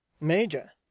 Major